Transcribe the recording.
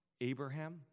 Abraham